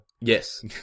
Yes